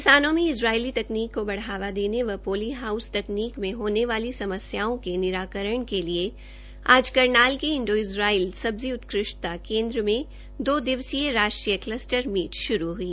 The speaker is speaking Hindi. किसानों में इज़राइली तकनीक को बढ़ावा देने व पोली हाउस तकनीक में होने वाली समस्याओं के निराकरण के लिए आज करनाल के इंडो इजाराइल सब्जी उत्कृष्टता केन्द्र में दो दिवसीय राष्ट्रीय कलस्टर मीट श्रू हई